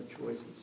choices